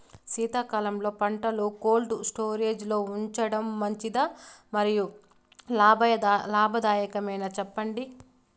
శీతాకాలంలో పంటలు cold storage లో ఉంచడం మంచిదా? మరియు లాభదాయకమేనా, సెప్పండి